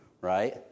right